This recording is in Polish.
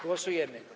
Głosujemy.